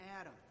Adam